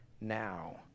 now